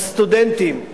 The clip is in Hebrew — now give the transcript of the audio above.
הסטודנטים,